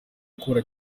ukora